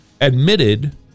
admitted